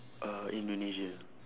uh indonesia